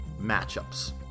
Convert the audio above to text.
matchups